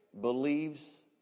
believes